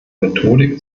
methodik